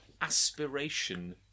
Aspiration